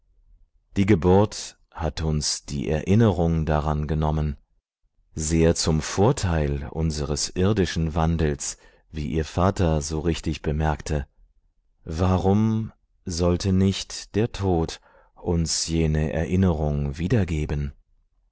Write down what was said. die geburt hat uns die erinnerung daran genommen sehr zum vorteil unseres irdischen wandels wie ihr vater so richtig bemerkte warum sollte nicht der tod uns jene erinnerung wiedergeben